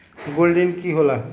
Gold ऋण की होला?